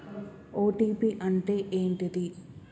OTP అంటే ఏంటిది?